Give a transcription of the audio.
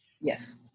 Yes